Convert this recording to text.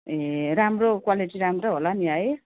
ए राम्रो क्वालिटी राम्रो होला नि है